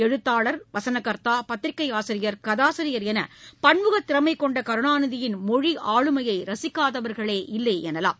எழுத்தாளர் வசன கர்த்தா பத்திரிகை ஆசிரியர் கதாசிரியர் என பன்முகத் திறமை கொண்ட கருணாநிதியின் மொழி ஆளுமையை ரசிக்காதவர்களே இல்லை எனலாம்